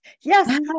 yes